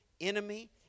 enemy